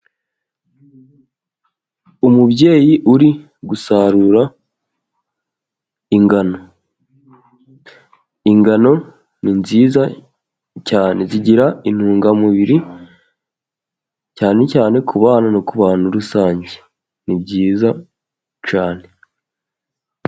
Umubyeyi uri gusarura ingano. Ingano ni nziza cyane, zigira intungamubiri cyane cyane no kubantu rusange nibyiza cyane.